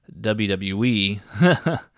WWE